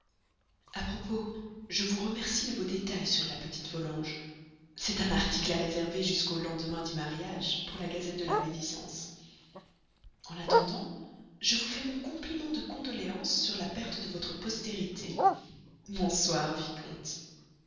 à propos je vous remercie de vos détails sur la petite volanges c'est un article à réserver jusqu'au lendemain du mariage pour la gazette de médisance en attendant je vous fais mon compliment de condoléance sur la perte de votre postérité bonsoir vicomte